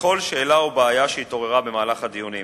לכל שאלה או בעיה שהתעוררה במהלך הדיונים.